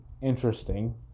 interesting